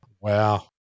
Wow